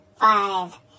five